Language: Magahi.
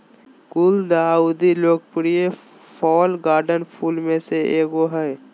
गुलदाउदी लोकप्रिय फ़ॉल गार्डन फूल में से एगो हइ